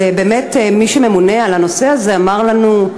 אז באמת, מי שממונה על הנושא הזה אמר לנו: